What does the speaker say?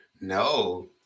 No